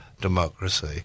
democracy